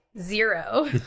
zero